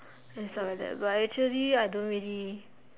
and stuff like that but actually I don't really